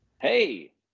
Hey